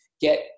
get